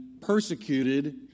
persecuted